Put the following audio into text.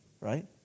Right